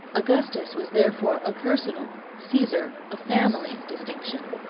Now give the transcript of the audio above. augustus was therefore a personal, caesar a family distinction.